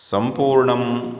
सम्पूर्णम्